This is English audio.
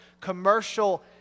commercial